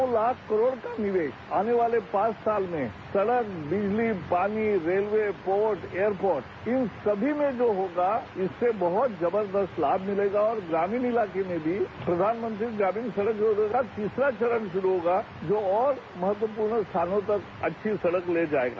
सौ लाख करोड़ का निवेश आने वाले पांच साल में सड़क बिजली पानी रेलवे पोर्ट एयरपोर्ट इन सभी में जो होगा इससे बहुत जबरदस्त लाभ मिलेगा और ग्रामीण इलाके में भी प्रधानमंत्री ग्रामीण सड़क योजना का तीसरा चरण शुरू होगा जो और महत्वपूर्ण स्थानों तक अच्छी सड़क ले जाएगा